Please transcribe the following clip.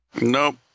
Nope